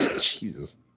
Jesus